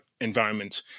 environment